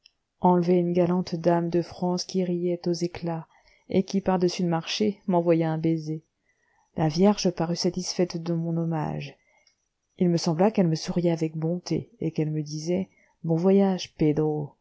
à une galante dame de france qui riait aux éclats et qui par-dessus le marché m'envoya un baiser la vierge parut satisfaite de mon hommage il me sembla qu'elle me souriait avec bonté et qu'elle me disait bon voyage pédro